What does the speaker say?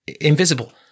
invisible